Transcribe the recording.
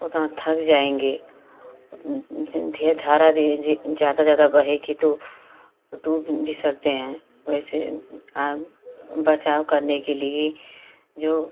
उतना थक जाएँगे जिन धारा ज़्यादा ज़्यादा बहेगी तो डूब भी सकते हैं वैसे आप बचाव करने के लिए जो